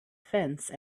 fence